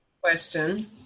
Question